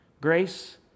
grace